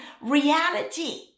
reality